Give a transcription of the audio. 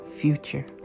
future